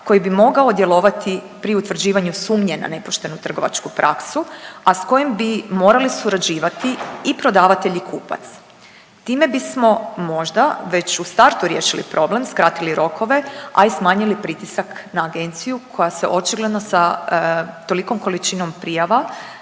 koji bi mogao djelovati pri utvrđivanju sumnje na nepoštenu trgovačku praksu, a s kojim bi morali surađivati i prodavatelj i kupac. Time bismo možda već u startu riješili problem, skratili rokove, a i smanjili pritisak na agenciju koja se očigledno sa tolikom količinom prijava